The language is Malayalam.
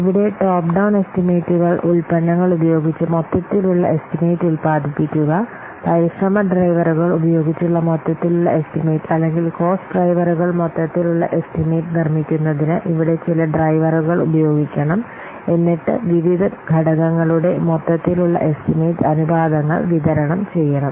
ഇവിടെ ടോപ്പ് ഡൌൺ എസ്റ്റിമേറ്റുകൾ ഉൽപ്പന്നങ്ങൾ ഉപയോഗിച്ച് മൊത്തത്തിലുള്ള എസ്റ്റിമേറ്റ് ഉൽപാദിപ്പിക്കുക പരിശ്രമ ഡ്രൈവറുകൾ ഉപയോഗിച്ചുള്ള മൊത്തത്തിലുള്ള എസ്റ്റിമേറ്റ് അല്ലെങ്കിൽ കോസ്റ്റ് ഡ്രൈവറുകൾ മൊത്തത്തിലുള്ള എസ്റ്റിമേറ്റ് നിർമ്മിക്കുന്നതിന് ഇവിടെ ചില ഡ്രൈവറുകൾ ഉപയോഗിക്കണം എന്നിട്ട് വിവിധ ഘടകങ്ങളുടെ മൊത്തത്തിലുള്ള എസ്റ്റിമേറ്റ് അനുപാതങ്ങൾ വിതരണം ചെയ്യണം